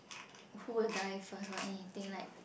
who will die first or anything like